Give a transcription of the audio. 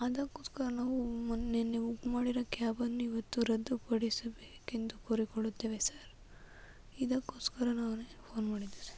ಅದಕ್ಕೋಸ್ಕರ ನಾವು ಮೊನ್ನೆ ನಿನ್ನೆ ಬುಕ್ ಮಾಡಿರೋ ಕ್ಯಾಬನ್ನು ಇವತ್ತು ರದ್ದುಪಡಿಸಬೇಕೆಂದು ಕೋರಿಕೊಳ್ಳುತ್ತೇವೆ ಸರ್ ಇದಕ್ಕೋಸ್ಕರ ನಾನು ಫೋನ್ ಮಾಡಿದ್ದು ಸರ್